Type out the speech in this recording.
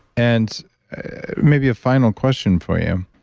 and maybe a final question for you,